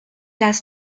las